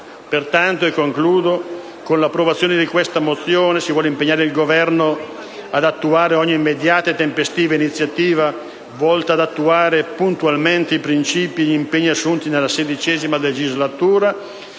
mi avvio a concludere, con l'approvazione di questa mozione in primo luogo si vuole impegnare il Governo ad adottare ogni immediata e tempestiva iniziativa volta ad attuare puntualmente i principi e gli impegni assunti nella XVI legislatura